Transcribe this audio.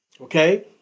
okay